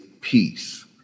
peace